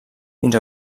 fins